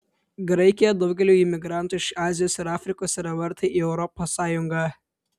graikija daugeliui imigrantų iš azijos ir afrikos yra vartai į europos sąjungą